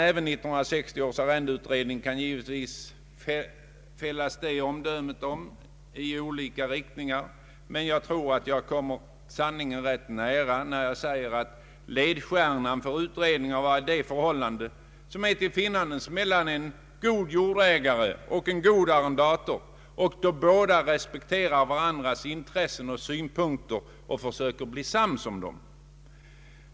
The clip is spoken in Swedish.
Även om 1960 års arrendelagsutredning kan man givetvis fälla dessa omdömen, men jag tror att jag kommer sanningen rätt nära när jag säger att ledstjärnan för utredningen varit det förhållande som råder mellan en god jordägare och en god arrendator då båda respekterar varandras intressen och synpunkter och försöker bli sams om dem.